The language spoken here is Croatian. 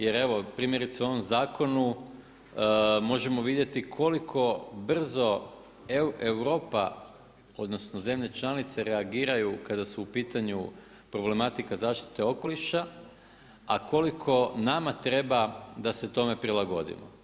Jer evo primjerice u ovom zakonu možemo vidjeti koliko brz Europa, odnosno zemlje članice reagiraju kada su u pitanju problematika zaštite okoliša a koliko nama treba da se tome prilagodimo.